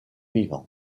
vivant